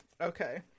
Okay